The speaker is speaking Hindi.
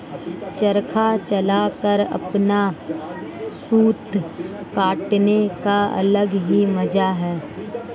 चरखा चलाकर अपना सूत काटने का अलग ही मजा है